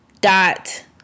dot